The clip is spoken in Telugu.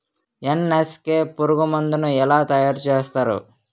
ఎన్.ఎస్.కె పురుగు మందు ను ఎలా తయారు చేస్తారు?